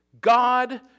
God